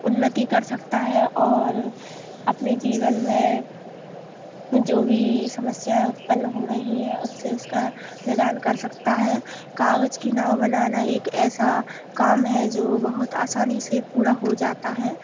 उन्नति कर सकता है और अपने जीवन में जो भी समस्या उत्पन्न हो रही है उससे उसका निदान कर सकता है कागज़ की नाव बनाना एक ऐसा काम है जो बहुत आसानी से पूरा हो जाता है